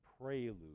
prelude